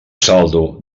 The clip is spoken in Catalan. saldo